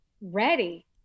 ready